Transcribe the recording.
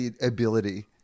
ability